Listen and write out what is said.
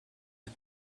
had